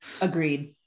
agreed